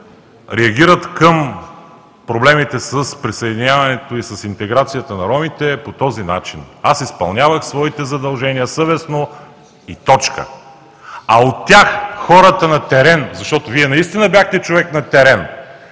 реагират към проблемите с присъединяването и с интеграцията на ромите по този начин: „Аз изпълнявах своите задължения съвестно“ и точка. А от тях хората на терен, защото Вие наистина бяхте човек на терен,